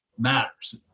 matters